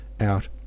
out